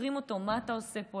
חוקרים אותו: מה אתה עושה פה?